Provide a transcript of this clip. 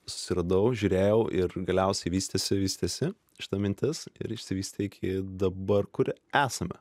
susiradau žiūrėjau ir galiausiai vystėsi vystėsi šita mintis ir išsivystė iki dabar kur esame